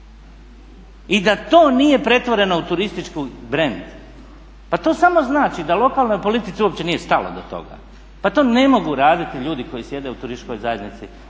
i da to nije pretvoreno u turistički brend? Pa to samo znači da lokalnoj politici uopće nije stalo do toga. Pa to ne mogu raditi ljudi koji sjede u Turističkoj zajednici